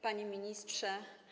Panie Ministrze!